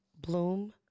bloom